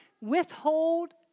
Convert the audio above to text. withhold